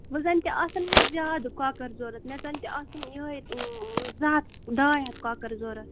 وۄنۍ زَنتہِ آسَن مےٚ زیادٕ کۄکَر ضوٚرَتھ مےٚ زَنتہِ آسَن یِہوٚے زٕ ہَتھ ڈاے ہَتھ کۄکَر ضوٚرَتھ